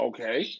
Okay